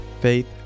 faith